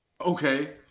okay